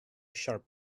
sharp